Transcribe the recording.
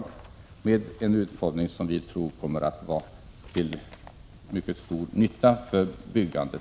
Vi tror att utformningen kommer att vara till mycket stor nytta för byggandet.